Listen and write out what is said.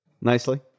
nicely